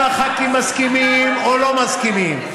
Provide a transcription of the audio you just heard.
אם הח"כים מסכימים או לא מסכימים.